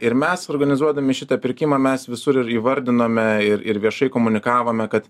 ir mes organizuodami šitą pirkimą mes visur ir įvardinome ir ir viešai komunikavome kad